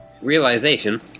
Realization